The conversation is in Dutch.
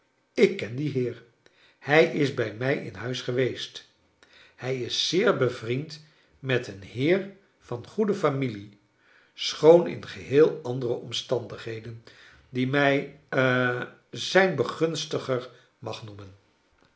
ik ken dien heer hij is bij mij in huis geweest hij is zeer bevriend met een heer van goede familie schoon in geheel andere omstandigheden die mij ha zijn begunstiger mag noemen